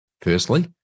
Firstly